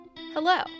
Hello